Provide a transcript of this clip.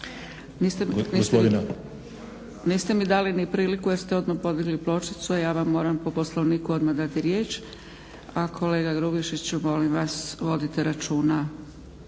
Niste mi dali ni priliku jer ste odmah podigli pločicu a ja vam moram po poslovniku odmah dati riječ. A kolega Grubišiću molim vas vodite računa